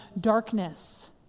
darkness